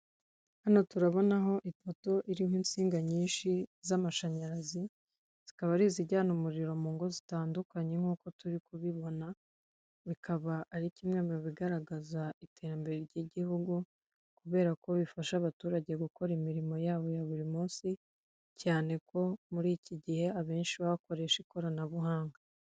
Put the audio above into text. Uruganda rw'amata, utubuni turi mu gatajeri rw'ibara ry'umweru turimo amata, igikoresho babikamo amata kiri iruhande rwabyo.